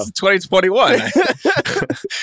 2021